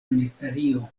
ministerio